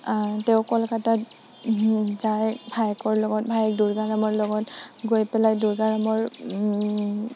তেওঁ কলকাতাত যাই ভায়েকৰ লগত ভায়েক দুয়োজনৰ লগত গৈ পেলাই ওম